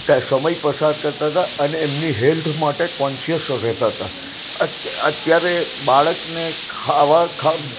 સમય પસાર કરતા તા અને એમની હેલ્થ માટે કોન્શિયસ રહેતા તા અત્યાર અત્યારે બાળકને ખાવા ખ